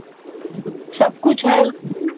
सब कुछ है